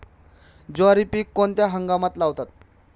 ज्वारीचे पीक कोणत्या हंगामात लावतात?